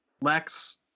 Lex